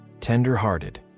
tender-hearted